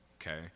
Okay